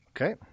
Okay